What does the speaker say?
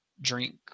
drink